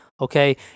Okay